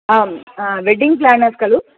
आम् wedding planners खलु